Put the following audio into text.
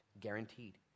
guaranteed